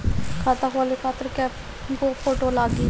खाता खोले खातिर कय गो फोटो लागी?